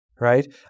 right